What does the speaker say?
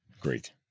Great